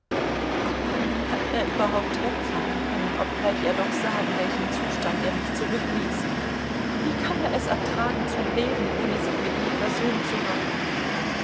aber wie hat er überhaupt wegfahren können obgleich er doch sah in welchem zustand er mich zurückließ wie kann er es ertragen zu leben ohne sich mit mir versöhnt zu haben